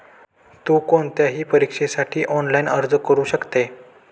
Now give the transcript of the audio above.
तु कोणत्याही परीक्षेसाठी ऑनलाइन अर्ज करू शकते